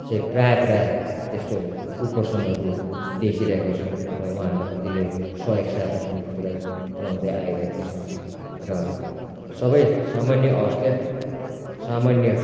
चाहिँ प्रायः प्रायः त्यस्तो कुपोषणहरू देखिरहेको छौँ र उहाँहरूलाई कतिले सहयोग सहायता पनि पुऱ्याउ पुऱ्याउँदै आइरहेको छ र सबै सामान्य अवस्था सामान्य